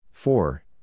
Four